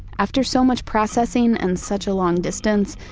after so much processing and such a long distance,